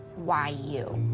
why you?